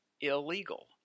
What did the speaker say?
illegal